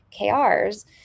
KRs